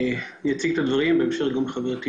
שאנחנו ערים לתפקידנו המשפטי גם, ובמיוחד,